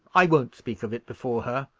i won't speak of it before her,